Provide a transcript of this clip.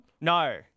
No